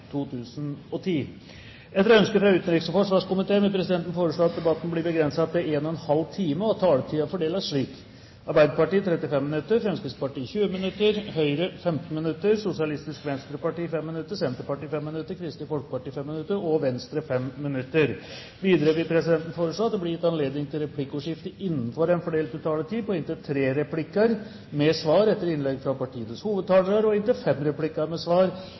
at taletiden fordeles slik: Arbeiderpartiet 35 minutter, Fremskrittspartiet 20 minutter, Høyre 15 minutter, Sosialistisk Venstreparti 5 minutter, Senterpartiet 5 minutter, Kristelig Folkeparti 5 minutter og Venstre 5 minutter. Videre vil presidenten foreslå at det blir gitt anledning til replikkordskifte på inntil tre replikker med svar etter innlegg fra partienes hovedtalere og inntil fem replikker med svar